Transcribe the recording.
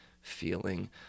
feeling